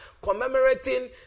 commemorating